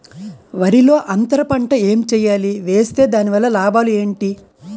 వరిలో అంతర పంట ఎం వేయాలి? వేస్తే దాని వల్ల లాభాలు ఏంటి?